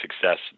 success